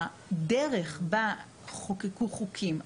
הדרך שבה חוקקו חוקים,